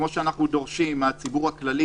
כפי שאנו דורשים מהציבור הכללי,